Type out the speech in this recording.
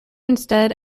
instead